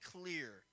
clear